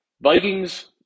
Vikings